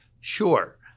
Sure